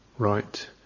right